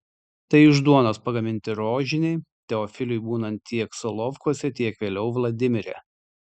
tai iš duonos pagaminti rožiniai teofiliui būnant tiek solovkuose tiek vėliau vladimire